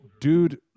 dude